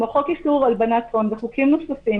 כמו: חוק איסור הלבנת הון וחוקים נוספים